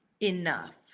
enough